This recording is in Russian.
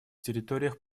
территориях